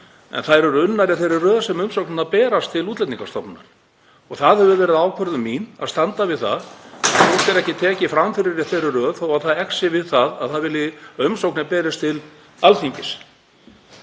en þær eru unnar í þeirri röð sem umsagnirnar berast til Útlendingastofnunar. Það hefur verið ákvörðun mín að standa við það að fólk er ekki tekið fram fyrir í þeirri röð þó að það exi við að það vilji að umsóknir berist til Alþingis.